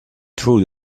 through